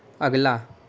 اگلا